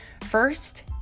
first